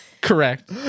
Correct